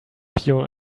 pure